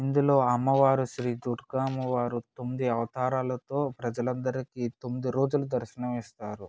ఇందులో అమ్మవారు శ్రీ దుర్గమ్మవారు తొమ్మిది అవతారాలతో ప్రజలందరికీ తొమ్మిది రోజులు దర్శనం ఇస్తారు